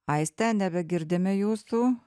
aiste nebegirdime jūsų